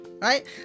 right